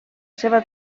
seva